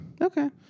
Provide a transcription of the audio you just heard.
Okay